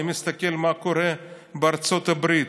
אני מסתכל מה קורה בארצות הברית,